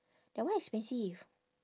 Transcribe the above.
that one expensive